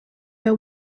her